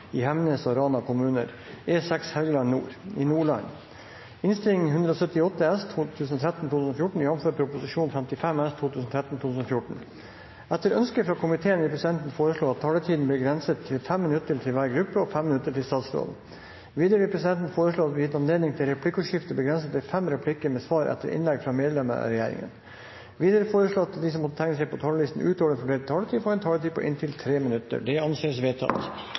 minutter til statsråden. Videre vil presidenten foreslå at det blir gitt anledning til replikkordskifte begrenset til fem replikker med svar etter innlegg fra medlemmer av regjeringen. Videre foreslås det at de som måtte tegne seg på talerlisten utover den fordelte taletid, får en taletid på inntil 3 minutter. – Det anses vedtatt.